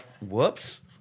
whoops